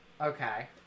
Okay